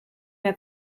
der